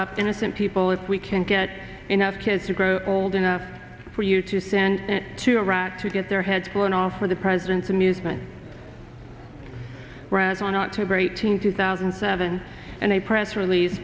up innocent people if we can get enough kids to grow old enough for you to send to iraq to get their heads blown off for the president's amusement read on october eighteenth two thousand and seven and a press release